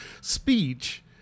speech